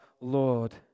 Lord